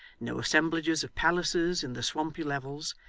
no assemblages of palaces in the swampy levels,